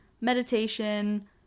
meditation